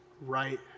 right